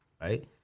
Right